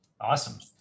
Awesome